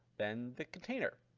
then the container.